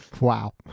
Wow